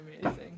amazing